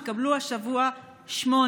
יתקבלו השבוע שמונה.